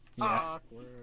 Awkward